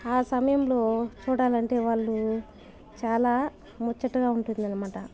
ఆ సమయంలో చూడాలంటే వాళ్ళు చాలా ముచ్చటగా ఉంటుందనమాట